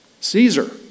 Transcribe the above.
Caesar